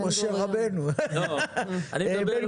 משה רבנו או בן-גוריון.